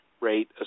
rate